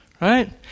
right